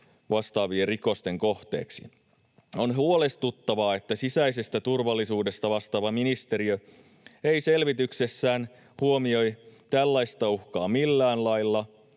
vastaavien rikosten kohteeksi. On huolestuttavaa, että sisäisestä turvallisuudesta vastaava ministeriö ei selvityksessään huomioi tällaista uhkaa millään lailla